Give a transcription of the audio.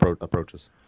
approaches